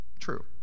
true